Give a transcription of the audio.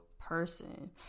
person